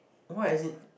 why as in